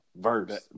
verse